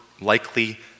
likely